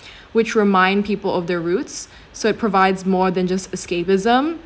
which remind people of their roots so it provides more than just escapism